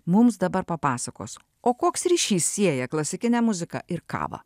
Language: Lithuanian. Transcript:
mums dabar papasakos o koks ryšys sieja klasikinę muziką ir kavą